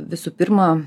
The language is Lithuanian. visų pirma